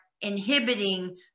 inhibiting